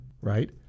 right